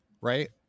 right